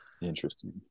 interesting